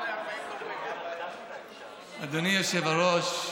אדוני היושב-ראש,